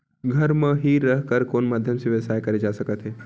घर म हि रह कर कोन माध्यम से व्यवसाय करे जा सकत हे?